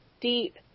deep